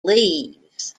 leaves